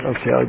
Okay